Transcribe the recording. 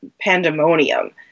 pandemonium